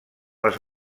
les